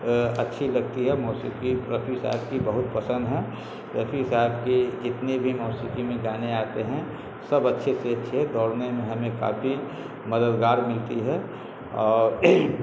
اچھی لگتی ہے موسیقی رفیع صاحب کی بہت پسند ہے رفیع صاحب کی جتنے بھی موسیقی میں گانے آتے ہیں سب اچھے سے اچھے دوڑنے میں ہمیں کافی مددگار ملتی ہے اور